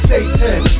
Satan